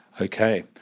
Okay